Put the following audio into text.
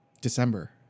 December